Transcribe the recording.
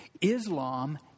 Islam